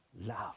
love